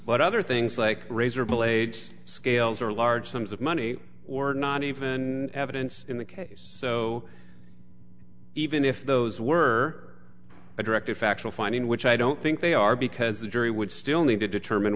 but other things like razorblades scales or large sums of money or not even evidence in the case so even if those were a direct a factual finding which i don't think they are because the jury would still need to determine